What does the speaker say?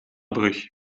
brug